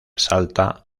salta